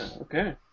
Okay